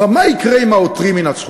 היא אמרה: מה יקרה אם העותרים ינצחו?